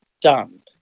done